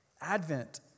Advent